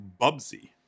Bubsy